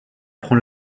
prend